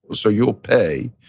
so you'll pay.